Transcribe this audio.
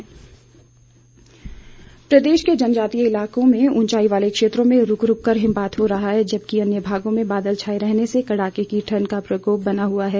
मौसम प्रदेश के जनजातीय इलाकों में ऊंचाई वाले क्षेत्रों में रूक रूक कर हिमपात हो रहा है जबकि अन्य भागों में बादल छाए रहने से कड़ाके की ठण्ड का प्रकोप बना हुआ है